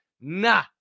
Nah